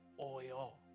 oil